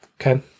Okay